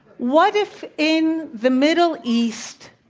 what if in the middle east,